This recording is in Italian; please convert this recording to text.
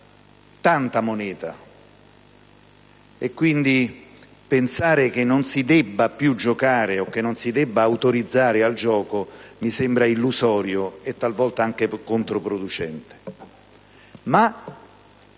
tanta moneta, e quindi pensare che non si debba più giocare o autorizzare il gioco mi sembra illusorio e, talvolta, anche controproducente;